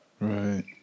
right